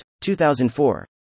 2004